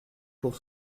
pour